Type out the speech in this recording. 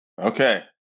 Okay